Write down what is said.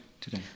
today